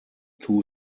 two